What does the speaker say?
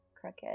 crooked